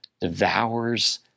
devours